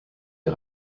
der